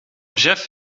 jef